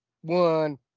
one